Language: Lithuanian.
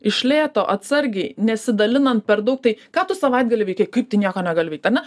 iš lėto atsargiai nesidalinant per daug tai ką tu savaitgalį veikei kaip tu nieko negali veikt ane